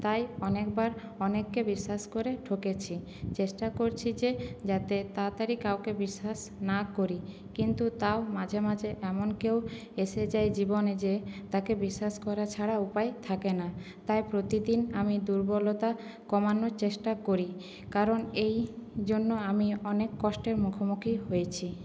তাই অনেকবার অনেককে বিশ্বাস করে ঠকেছি চেষ্টা করছি যে যাতে তাড়াতাড়ি কাউকে বিশ্বাস না করি কিন্তু তাও মাঝে মাঝে এমন কেউ এসে যায় জীবনে যে তাকে বিশ্বাস করা ছাড়া উপায় থাকে না তাই প্রতিদিন আমি দুর্বলতা কমানোর চেষ্টা করি কারণ এই জন্য আমি অনেক কষ্টের মুখো মুখি হয়েছি